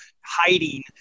hiding